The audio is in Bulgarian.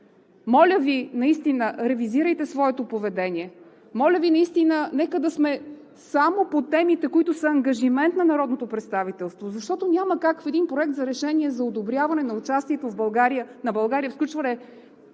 Моля Ви, наистина, ревизирайте своето поведение! Моля Ви, нека да сме само по темите, които са ангажимент на народното представителство, защото няма как в един Проект за решение за одобряване на участието на България в сключване на